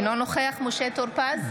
אינו נוכח משה טור פז,